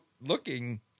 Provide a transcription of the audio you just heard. looking